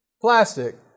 plastic